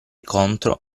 contro